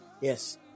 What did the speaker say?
Yes